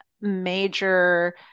major